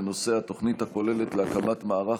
בנושא: התוכנית הכוללת להקמת מערך